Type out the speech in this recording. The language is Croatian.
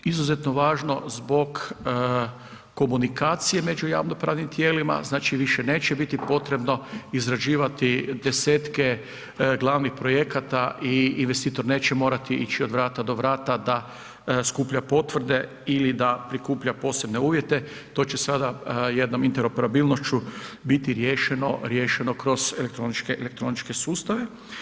Izuzetno važno zbog komunikacije među javno pravnim tijelima, znači više neće biti potrebno izrađivati desetke glavnih projekata i investitor neće morati ići od vrata do vrata da skuplja potvrde ili da prikuplja posebne uvjete, to će sada jednom interoperabilnošću biti riješeno kroz elektroničke sustave.